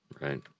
Right